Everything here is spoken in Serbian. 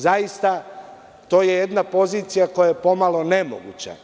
Zaista, to je jedna pozicija koja je pomalo nemoguća.